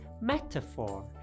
metaphor